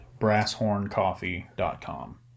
BrassHornCoffee.com